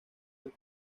del